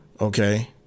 Okay